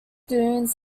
dunes